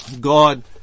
God